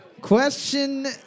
Question